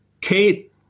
Kate